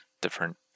different